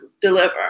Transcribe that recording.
deliver